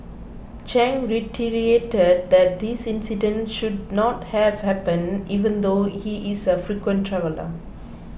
chang reiterated that this incident should not have happened even though he is a frequent traveller